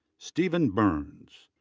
stephen burns.